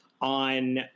on